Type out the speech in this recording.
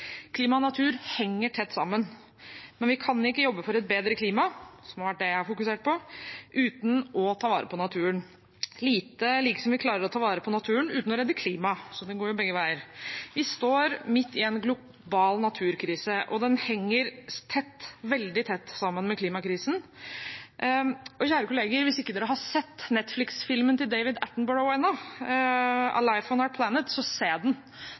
Klima og natur henger tett sammen. Vi kan ikke jobbe for et bedre klima – som har vært det jeg har fokusert på – uten å ta vare på naturen, like lite som vi klarer å ta vare på naturen uten å redde klimaet. Det går begge veier. Vi står midt i en global naturkrise, og den henger veldig tett sammen med klimakrisen. Kjære kolleger, hvis dere ikke har sett Netflix-filmen til David Attenborough ennå, «A life on our planet», så se den!